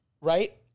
right